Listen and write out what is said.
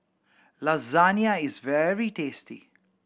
lasagne is very tasty